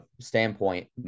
standpoint